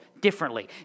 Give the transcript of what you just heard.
differently